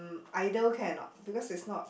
idol can or not because it's not